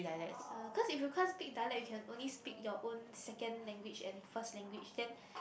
uh cause if you can't speak dialect you can only speak your own second language and first language then